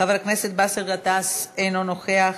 חבר הכנסת באסל גטאס, אינו נוכח,